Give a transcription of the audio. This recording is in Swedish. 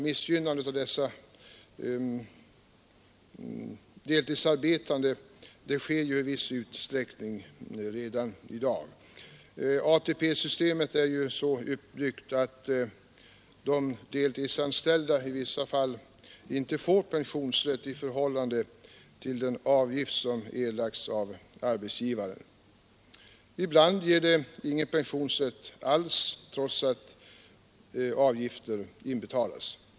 Missgynnandet av de deltidsarbetande sker i viss utsträckning redan i dag. ATP-systemet är ju så uppbyggt att de deltidsanställda i vissa fall inte får pensionsrätt i förhållande till den avgift som erlagts av arbetsgivaren. Ibland ger arbetet ingen pensionsrätt alls, trots att avgifter inbetalats.